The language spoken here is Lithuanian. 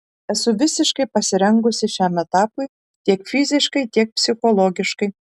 esu visiškai pasirengusi šiam etapui tiek fiziškai tiek psichologiškai